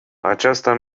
aceasta